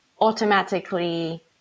automatically